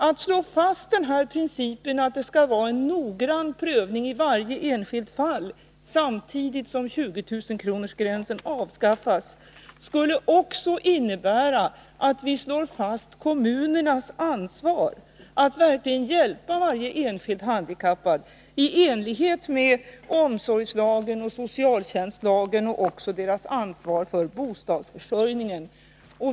Att slå fast principen att det skall vara en noggrann prövning av varje enskilt fall, samtidigt som 20 000-kronorsgränsen avskaffas, skulle också innebära att vi slår fast kommunernas ansvar för att verkligen hjälpa varje enskild handikappad i enlighet med omsorgslagen och socialtjänstlagen och att vi även slår fast deras ansvar för bostadsförsörjningen.